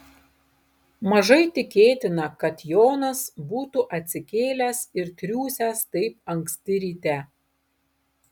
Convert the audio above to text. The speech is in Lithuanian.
mažai tikėtina kad jonas būtų atsikėlęs ir triūsęs taip anksti ryte